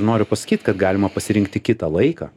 noriu pasakyt kad galima pasirinkti kitą laiką